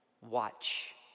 watch